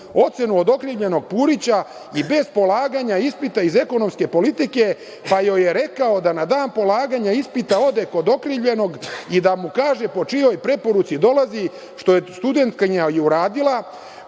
ocenu od okrivljenog Purića i bez polaganja ispita iz ekonomske politike, pa joj je rekao da na dan polaganja ispita ode kod okrivljenog i da mu kaže po čijoj preporuci dolazi, što je studentkinja i uradila,